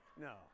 no